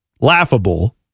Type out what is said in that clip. laughable